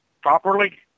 properly